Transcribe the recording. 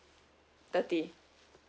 thirty